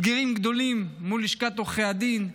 יש אתגרים גדולים מול לשכת עורכי הדין,